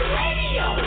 radio